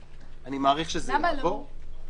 אני מעריך שזה יעבור.